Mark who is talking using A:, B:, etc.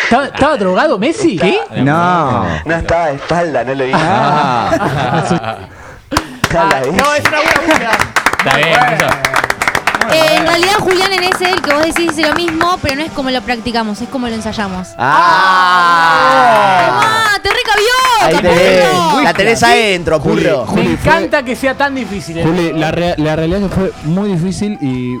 A: Ta- estaba drogado, Messi.
B: ¿Sí?
A: No.
B: No estaba de espalda, no lo vi.
A: Ah.
B: Ah.
A: Ah,
B: Ya la
A: no,
B: hice.
A: es una buena búsqueda.
B: Está bien,
A: Muy
B: Pulso.
A: bueno.
C: Eh, en realidad, Julián, en ese, el que vos decís, dice lo mismo, pero no es como lo practicamos, es como lo ensayamos.
B: Ah.
C: Ah, te recabió,
B: Ahí
C: capaz
B: te
C: que
B: ve.
C: no.
B: La tenés
A: Juli-
B: adentro,
A: Juli-
B: Pulo.
A: Juli,
C: Me
A: fue-
C: encanta que sea tan difícil,
A: Juli,
C: eh.
A: la rea- la realidad es que fue muy difícil y-